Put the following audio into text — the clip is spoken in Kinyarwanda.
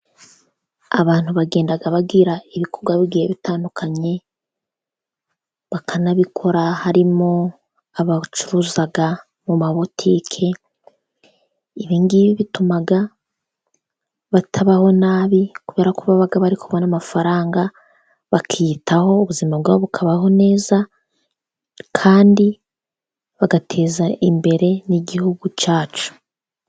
Abantu bagenda bagira ibikorwa bigihe bitandukanye, bakanabikora harimo ababucuruza mu mabotike, ibi ngibi bituma batabaho nabi, kubera ko baba bari kubona n'amafaranga bakiyitaho ubuzima bwabo bukabaho neza, kandi bagateza imbere n'igihugu cyacu.